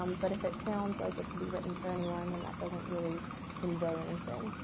um but if it sounds like it could be written for anyone, then that doesn't really convey anything.